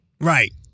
Right